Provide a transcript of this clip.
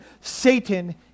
Satan